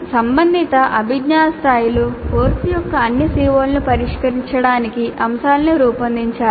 సంబంధిత అభిజ్ఞా స్థాయిలో కోర్సు యొక్క అన్ని CO లను పరిష్కరించడానికి అంశాలను రూపొందించాలి